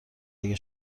اگه